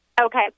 Okay